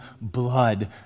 blood